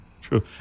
true